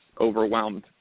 overwhelmed